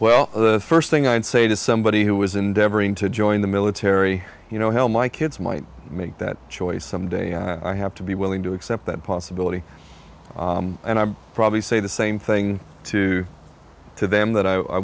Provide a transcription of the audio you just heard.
well the first thing i'd say to somebody who was endeavoring to join the military you know how my kids might make that choice some day i have to be willing to accept that possibility and i probably say the same thing to to them that i